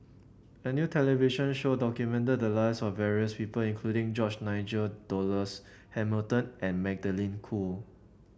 a new television show documented the lives of various people including George Nigel Douglas Hamilton and Magdalene Khoo